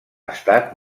estat